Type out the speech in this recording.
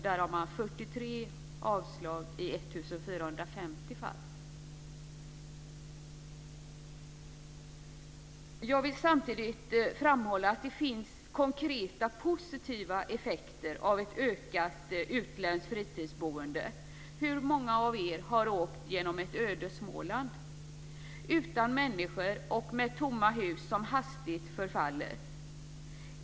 Där har det varit 43 Jag vill samtidigt framhålla att det finns konkreta positiva effekter av ett ökat utländskt fritidsboende. Hur många av er har åkt genom ett öde Småland, utan människor och med tomma hus som hastigt förfaller?